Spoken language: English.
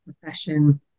profession